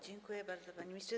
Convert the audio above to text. Dziękuję bardzo, panie ministrze.